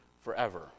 forever